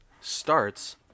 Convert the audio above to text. starts